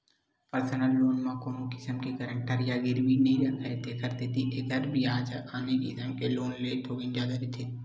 personal loan म कोनो किसम के गारंटर या गिरवी नइ राखय तेखर सेती एखर बियाज ह आने किसम के लोन ले थोकिन जादा रहिथे